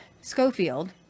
Schofield